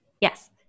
Yes